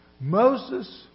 Moses